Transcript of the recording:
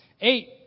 Eight